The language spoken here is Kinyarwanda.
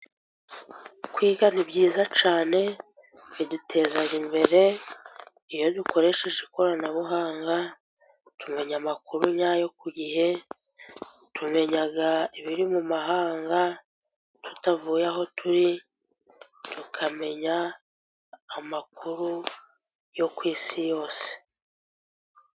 Kwiga ni byiza cyane biduteza imbere. Iyo dukoresheje ikoranabuhanga tumenya amakuru nyayo ku gihe, tumenya ibiri mu mahanga tutavuye aho turi tukamenya amakuru yo ku isi yose.